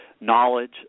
knowledge